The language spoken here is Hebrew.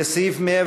לסעיפים 115